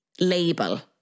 label